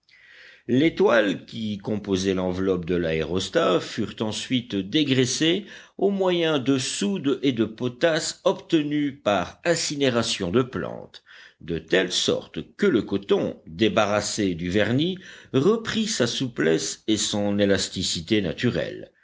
les toiles qui composaient l'enveloppe de l'aérostat furent ensuite dégraissées au moyen de soude et de potasse obtenues par incinération de plantes de telle sorte que le coton débarrassé du vernis reprit sa souplesse et son élasticité naturelles